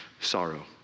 sorrow